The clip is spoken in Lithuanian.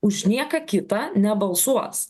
už nieką kitą nebalsuos